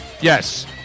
Yes